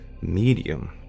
medium